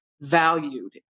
valued